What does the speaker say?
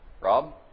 Rob